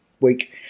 week